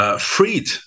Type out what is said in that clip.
freed